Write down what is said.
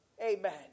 Amen